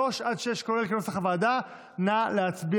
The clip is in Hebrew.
3 עד 6, כולל, כנוסח הוועדה, נא להצביע.